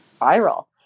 viral